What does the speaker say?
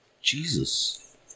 Jesus